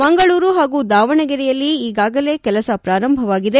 ಮಂಗಳೂರು ಹಾಗೂ ದಾವಣಗೆರೆಯಲ್ಲಿ ಈಗಾಗಲೇ ಕೆಲಸ ಪ್ರಾರಂಭವಾಗಿದೆ